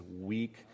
weak